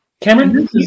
Cameron